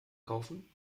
kaufen